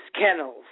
Kennels